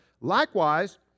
Likewise